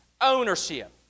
Ownership